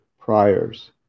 priors